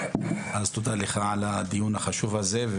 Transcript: אז תודה לך על הדיון החשוב הזה.